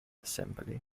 assembly